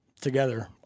together